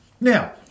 Now